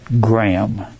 Graham